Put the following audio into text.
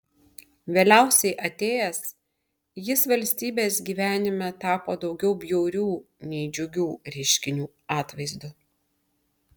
vėliausiai atėjęs jis valstybės gyvenime tapo daugiau bjaurių nei džiugių reiškinių atvaizdu